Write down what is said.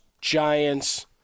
Giants